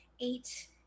eight